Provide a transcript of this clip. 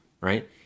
right